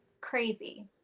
crazy